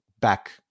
back